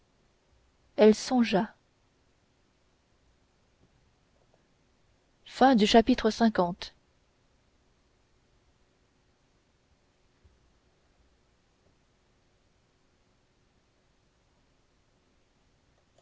le cardinal chapitre vi